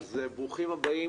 ברוכים הבאים.